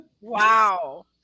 wow